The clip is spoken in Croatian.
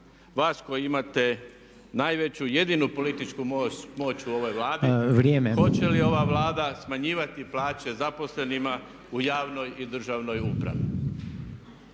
vas koji imate najveću i jedinu političku moć u ovoj Vladi hoće li ova Vlada smanjivati plaće zaposlenima u javnoj i državnoj upravi?